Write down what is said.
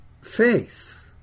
faith